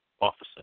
officer